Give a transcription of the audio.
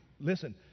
listen